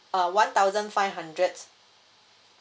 uh one thousand five hundred